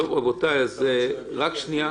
רק שנייה.